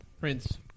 Prince